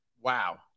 Wow